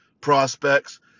prospects